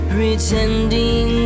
Pretending